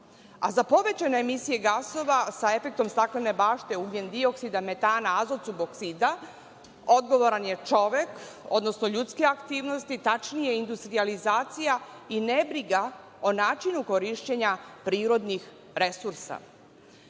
a za povećane emisije gasova sa efektom staklene bašte ugnjendioksida, metana, azotsuboksita, odgovoran je čovek, odnosno ljudske aktivnosti, tačnije industrijalizacija i nebriga o načinu korišćenja prirodnih